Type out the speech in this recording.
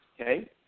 okay